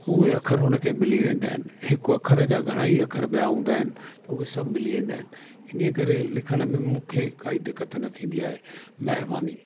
उहे अखर उन खे मिली वेंदा आहिनि हिकु अख़र जा घणा ई अख़र ॿिया हूंदा आहिनि त उहे सभु मिली वेंदा आहिनि इन ई करे लिखण में मूंखे काई दिक़त न थींदी आहे महिरबानी